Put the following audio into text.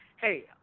hey